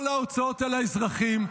כל ההוצאות על האזרחים.